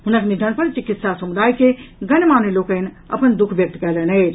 हुनक निधन पर चिकित्सा समुदाय के गणमान्य लोकनि अपन दुःख व्यक्त कयलनि अछि